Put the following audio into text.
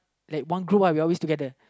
like one group uh we always together